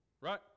right